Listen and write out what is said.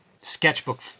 sketchbook